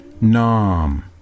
nam